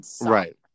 right